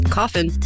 coffin